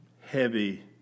heavy